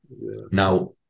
Now